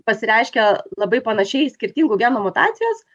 pasireiškia labai panašiai skirtingų genų mutacijos